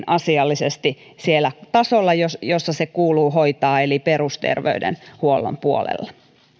asiallisesti sillä tasolla missä se kuuluu hoitaa eli perusterveydenhuollon puolella